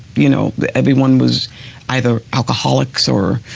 you know, everyone was either alcoholics or